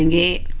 and da